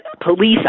police